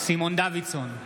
סימון דוידסון,